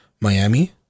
Miami